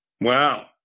Wow